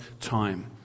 time